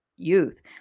youth